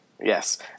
Yes